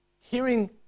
hearing